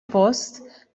post